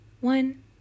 one